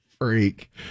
Freak